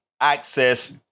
access